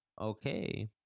Okay